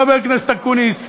חבר הכנסת אקוניס,